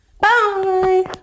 Bye